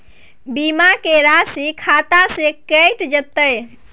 बीमा के राशि खाता से कैट जेतै?